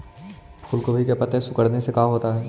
फूल गोभी के पत्ते के सिकुड़ने से का होता है?